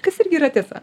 kas irgi yra tiesa